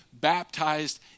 baptized